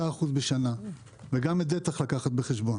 אחוז בשנה וגם את זה צריך לקחת בחשבון.